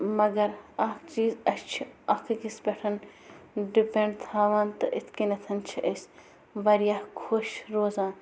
مگر اَکھ چیٖز اَسہِ چھُ اَکھ أکِس پٮ۪ٹھ ڈپٮ۪نٛڈ تھاوان تہٕ اِتھ کٔنٮ۪تھ چھِ أسۍ وارِیاہ خۄش روزان